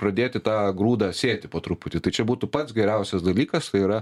pradėti tą grūdą sėti po truputį tai čia būtų pats geriausias dalykas tai yra